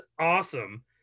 awesome